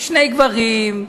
שני גברים,